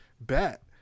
bet